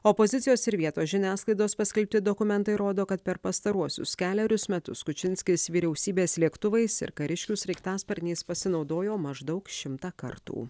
opozicijos ir vietos žiniasklaidos paskelbti dokumentai rodo kad per pastaruosius kelerius metus kučinskis vyriausybės lėktuvais ir kariškių sraigtasparniais pasinaudojo maždaug šimtą kartų